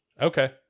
okay